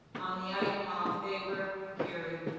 on the item all in favor. carried.